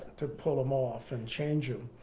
to pull them off and change them.